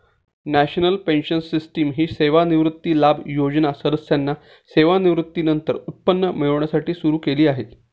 national pension system ही सेवानिवृत्ती लाभ योजना सदस्यांना सेवानिवृत्तीनंतर उत्पन्न मिळण्यासाठी सुरू केली आहे